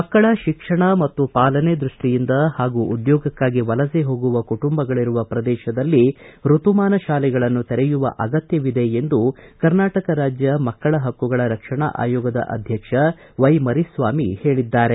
ಮಕ್ಕಳ ಶಿಕ್ಷಣ ಮತ್ತು ಪಾಲನೆ ದೃಷ್ಟಿಯಿಂದ ಹಾಗೂ ಉದ್ಯೋಗಕ್ಕಾಗಿ ವಲಸೆ ಹೋಗುವ ಕುಟುಂಬಗಳರುವ ಪ್ರದೇಶದಲ್ಲಿ ಋತುಮಾನ ಶಾಲೆಗಳನ್ನು ತೆರೆಯುವ ಅಗತ್ಯವಿದೆ ಎಂದು ಕರ್ನಾಟಕ ರಾಜ್ಯ ಮಕ್ಕಳ ಹಕ್ಕುಗಳ ರಕ್ಷಣಾ ಆಯೋಗದ ಅಧ್ಯಕ್ಷ ವ್ಯೆ ಮರಿಸ್ವಾಮಿ ಹೇಳಿದ್ದಾರೆ